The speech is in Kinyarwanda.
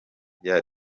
bya